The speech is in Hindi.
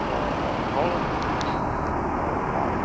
ओ हॉलम हॉलमार्क